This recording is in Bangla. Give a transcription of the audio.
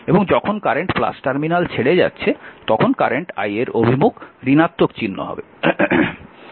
এবং যখন কারেন্ট টার্মিনাল ছেড়ে যাচ্ছে তখন কারেন্ট i এর অভিমুখ ঋণাত্মক চিহ্ন হবে